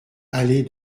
allée